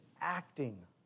acting